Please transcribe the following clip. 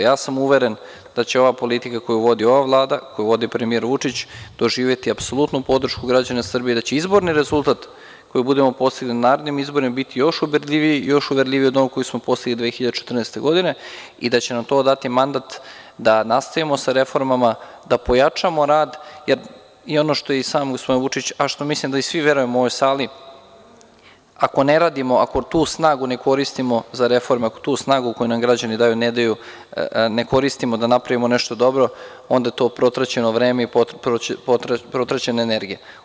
Uveren sam da će ova politika koju vodi ova Vlada, koju vodi premijer Vučić doživeti apsolutnu podršku građana Srbije, da će izborni rezultat koji budemo postigli narednim izborima biti još ubedljiviji, još uverljiviji od onog koji smo postigli 2014. godine i da će nam to dati mandat da nastavimo sa reformama, da pojačamo rad, jer i ono što je sam gospodin Vučić, a što mislim da svi verujemo u ovoj sali, ako ne radimo, ako tu snagu ne koristimo za reforme, ako tu snagu koju nam građani daju ne koristimo da napravimo nešto dobro, onda je to protraćeno vreme i protraćena energija.